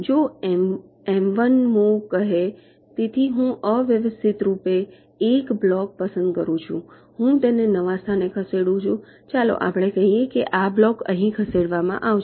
જો એમ 1 મુવ કહે તેથી હું અવ્યવસ્થિત રૂપે એક બ્લોક પસંદ કરું છું હું તેને નવા સ્થાને ખસેડું ચાલો આપણે કહીએ કે આ બ્લોક અહીં ખસેડવામાં આવશે